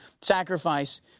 sacrifice